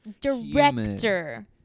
director